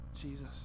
Jesus